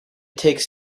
takes